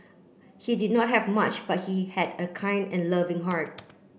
he did not have much but he had a kind and loving heart